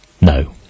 no